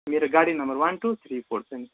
मेरो गाडी number one two three four छ नि